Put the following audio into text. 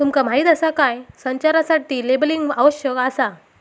तुमका माहीत आसा काय?, संचारासाठी लेबलिंग आवश्यक आसा